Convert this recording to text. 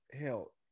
Hell